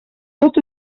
tot